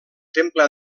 temple